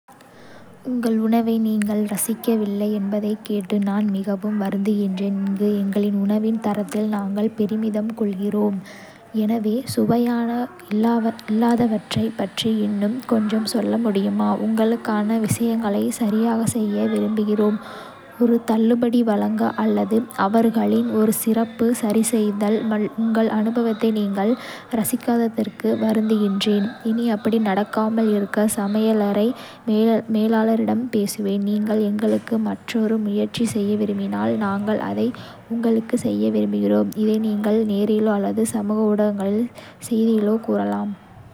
உங்கள் உணவை நீங்கள் ரசிக்கவில்லை என்பதைக் கேட்டு நான் மிகவும் வருந்துகிறேன். இங்கு எங்களின் உணவின் தரத்தில் நாங்கள் பெருமிதம் கொள்கிறோம், எனவே சுவையாக இல்லாதவற்றைப் பற்றி இன்னும் கொஞ்சம் சொல்ல முடியுமா. உங்களுக்கான விஷயங்களைச் சரியாகச் செய்ய விரும்புகிறோம். ஒரு தள்ளுபடி வழங்க, அல்லது அவர்களின் ஒரு சிறப்பு சரிசெய்தல். உங்கள் அனுபவத்தை நீங்கள் ரசிக்காததற்கு வருந்துகிறேன். இனி அப்படி நடக்காமல் இருக்க சமையலறை மேலாளரிடம் பேசுவேன். நீங்கள் எங்களுக்கு மற்றொரு முயற்சி செய்ய விரும்பினால், நாங்கள் அதை உங்களுக்குச் செய்ய விரும்புகிறோம். இதை நீங்கள் நேரிலோ அல்லது சமூக ஊடகங்களில் செய்தியிலோ கூறலாம்.